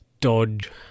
Dodge